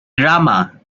drama